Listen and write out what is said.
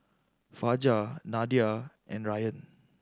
Fajar Nadia and Ryan